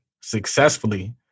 successfully